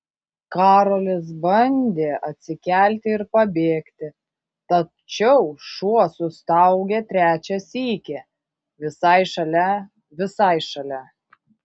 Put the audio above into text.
karolis bandė atsikelti ir pabėgti tačiau šuo sustaugė trečią sykį visai šalia visai šalia